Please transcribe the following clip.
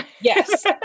yes